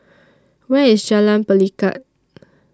Where IS Jalan Pelikat